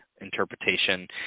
interpretation